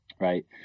Right